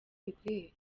bikwiye